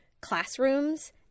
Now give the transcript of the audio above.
classrooms